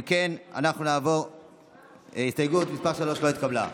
הסתייגות מס' 3 לא התקבלה.